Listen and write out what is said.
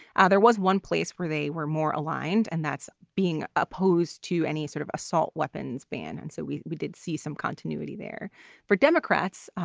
ah there was one place where they were more aligned, and that's being opposed to any sort of assault weapons ban. and so we we did see some continuity there for democrats,